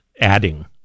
adding